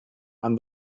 and